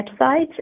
website